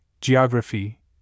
geography